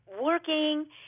working